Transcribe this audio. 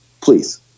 please